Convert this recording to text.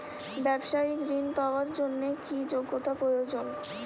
ব্যবসায়িক ঋণ পাওয়ার জন্যে কি যোগ্যতা প্রয়োজন?